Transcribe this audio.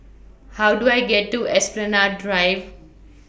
How Do I get to Esplanade Drive